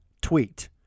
tweet